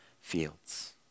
fields